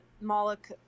Moloch